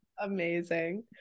amazing